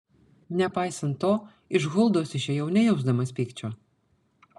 nepaisant to iš huldos išėjau nejausdamas pykčio